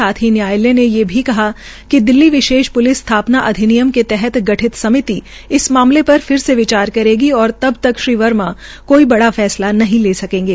साथ ही न्यायालय ने ये भी कहा कि दिल्ली विशेष प्लिस स्थापना अधिनियम के तहत गठित समिति इस मामले पर फिर से विचार करेगी और तब तक श्री वर्मा कोई बड़ा फैसला नहीं ले सकेंगे